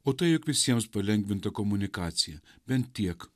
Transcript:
o tai jog visiems palengvinta komunikacija bent tiek